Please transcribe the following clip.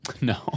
no